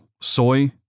soy